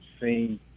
seen